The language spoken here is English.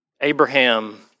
Abraham